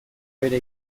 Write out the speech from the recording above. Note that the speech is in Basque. bera